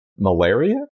Malaria